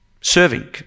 serving